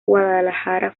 guadalajara